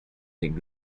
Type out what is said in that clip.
nick